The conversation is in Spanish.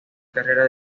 carrera